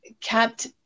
kept